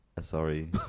Sorry